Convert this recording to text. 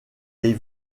les